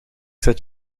zet